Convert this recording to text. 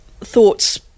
thoughts